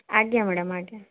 ଆଜ୍ଞା ମ୍ୟାଡ଼ାମ୍ ଆଜ୍ଞା